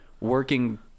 working